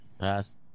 Pass